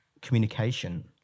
communication